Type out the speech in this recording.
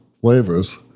flavors